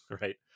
Right